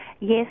Yes